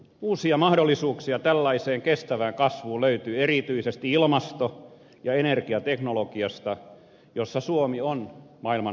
uusia mahdollisuuksia tällaiseen kestävään kasvuun löytyy erityisesti ilmasto ja energiateknologiasta jossa suomi on maailman huippuosaajia